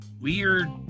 weird